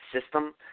system